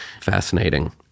fascinating